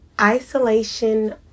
isolation